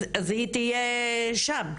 אז היא תהיה שם,